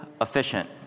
efficient